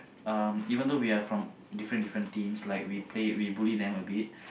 um even though we are from different different teams like we play we bully them a bit